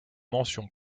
mention